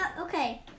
okay